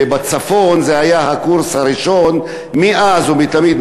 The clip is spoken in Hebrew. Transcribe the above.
שבצפון היה הקורס הראשון מאז ומתמיד,